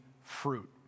fruit